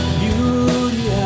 beauty